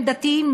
שהם דתיים,